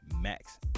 max